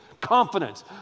confidence